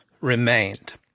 remained